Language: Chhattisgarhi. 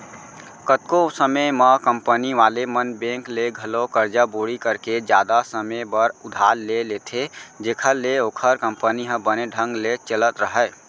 कतको समे म कंपनी वाले मन बेंक ले घलौ करजा बोड़ी करके जादा समे बर उधार ले लेथें जेखर ले ओखर कंपनी ह बने ढंग ले चलत राहय